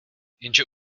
jenže